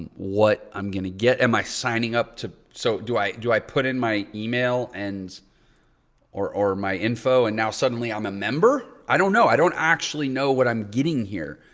what i'm going to get. am i signing up to, so do i, do i put in my email and or or my info and now suddenly i'm a member? i don't know. i don't actually know what i'm getting here.